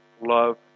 love